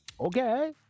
Okay